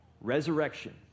resurrection